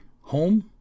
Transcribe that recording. home